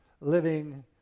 living